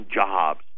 jobs